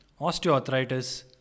osteoarthritis